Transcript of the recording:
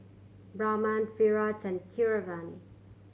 Raman Virat and Keeravani